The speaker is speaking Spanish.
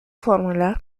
fórmula